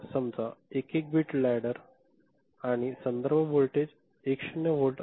समजा 11 bit ladder आणि संदर्भ व्होल्टेज 10 व्होल्ट असेल